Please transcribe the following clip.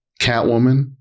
Catwoman